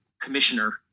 commissioner